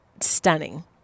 stunning